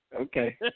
Okay